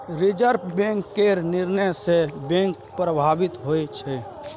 reserve Bank केर निर्णय सँ बैंक प्रभावित होइ छै